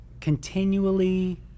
continually